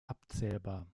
abzählbar